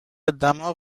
دماغ